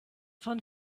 von